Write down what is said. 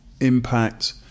impact